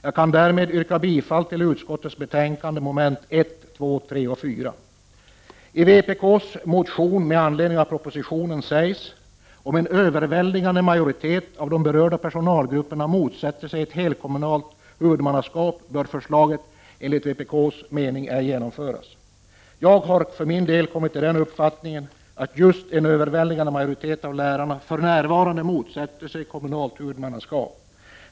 Jag kan därmed yrka bifall till utskottets hemställan mom. 1, 2, 3 och 4. I vpk:s motion med anledning av propositionen sägs: ”Om en överväldigande majoritet av de berörda personalgrupperna motsätter sig ett helkommunalt huvudmannaskap bör förslaget, enligt vpk:s mening, ej genomföras.” Jag har för min del kommit till den uppfattningen att just en överväldigande majoritet av lärarna för närvarande motsätter sig kommunalt huvudmannaskap.